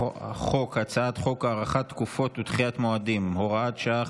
חוק הארכת תקופות ודחיית מועדים (הוראת שעה,